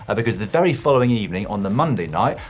ah because the very following evening, on the monday night,